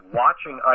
watching